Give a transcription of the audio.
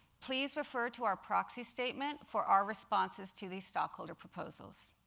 please refer to our proxy statement for our responses to these stockholder proposals.